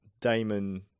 Damon